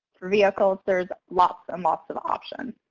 through vehicles. there's lots and lots of options.